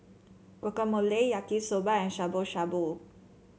Guacamole Yaki Soba and Shabu Shabu